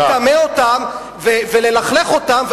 לטמא אותם וללכלך אותם,